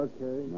Okay